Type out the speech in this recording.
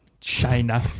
China